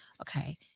Okay